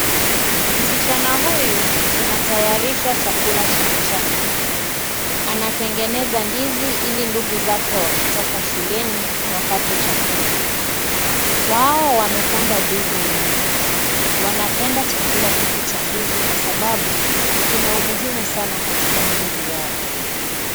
Msichana huyu, anatayarisha chakula cha mchana. Anatengeneza ndizi ili ndugu zake wakitoka shuleni, wapate chakula. Wao wamepanda ndizi nyingi. Wanapenda chakula hiki cha ndizi kwa sababu, kina umuhimu sana katika miili yao.